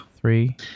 three